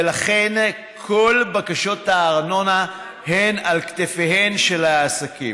ולכן כל בקשות הארנונה הן על כתפיהם של העסקים.